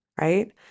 right